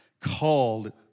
called